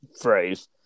phrase